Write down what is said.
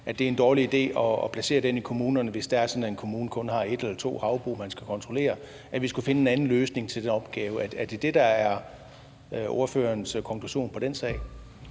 kommunerne, hvis det er sådan, at en kommune kun har et eller to havbrug, den skal kontrollere, og at vi skal finde en anden løsning på den opgave. Er det det, der er ordførerens konklusion på den sag?